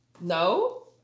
No